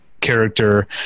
character